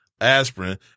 aspirin